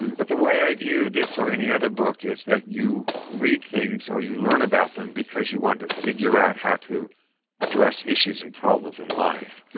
but the way i view this or any other book is that you read things or you learn about them because you want to figure out how to address issues and problems in life.